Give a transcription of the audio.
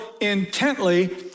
intently